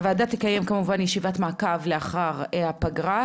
הוועדה תקיים כמובן ישיבת מעקב לאחר הפגרה,